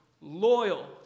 loyal